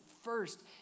first